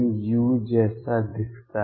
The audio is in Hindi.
u जैसा दिखता है